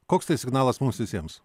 koks tai signalas mums visiems